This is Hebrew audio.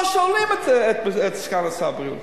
לא שואלים את סגן שר הבריאות.